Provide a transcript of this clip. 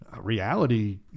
reality